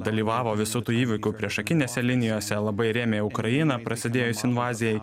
dalyvavo visų tų įvykių priešakinėse linijose labai rėmė ukrainą prasidėjus invazijai